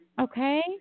Okay